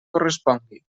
correspongui